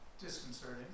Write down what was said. Disconcerting